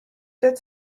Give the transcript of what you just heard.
that